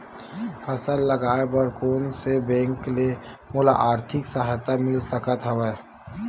फसल लगाये बर कोन से बैंक ले मोला आर्थिक सहायता मिल सकत हवय?